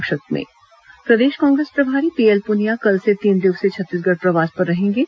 संक्षिप्त समाचार प्रदेश कांग्रेस प्रभारी पीएल पुनिया कल से तीन दिवसीय छत्तीसगढ़ प्रवास पर रहेंगे